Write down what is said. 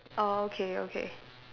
oh okay okay